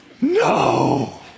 No